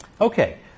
Okay